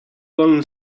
long